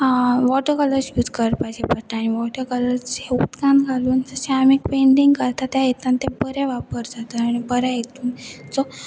water colours use करपाचे पडटा आनी वॉटर कलर्स जे उदकान घालून जशें आमी पेंटिंग करता त्या हेतान तें बरें वापर जाता आनी बरें हितूनो